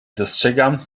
dostrzegam